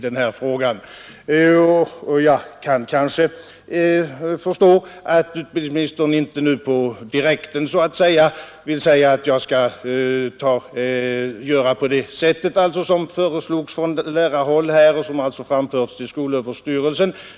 Jag kan kanske förstå att utbildningsministern inte nu så att säga på direkten vill säga att han skall göra på det sätt som här rekommenderas från lärarhåll i ett förslag som alltså har framförts till skolöverstyrelsen.